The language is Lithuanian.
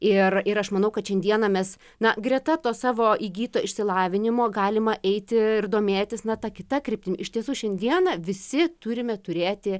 ir ir aš manau kad šiandieną mes na greta to savo įgyto išsilavinimo galima eiti ir domėtis na ta kita kryptim iš tiesų šiandieną visi turime turėti